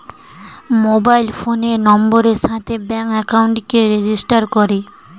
mobile ফোনের নাম্বারের সাথে ব্যাঙ্ক একাউন্টকে রেজিস্টার করে